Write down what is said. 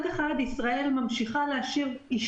חברות הביטוח לא מוכנות להאריך להם את זה.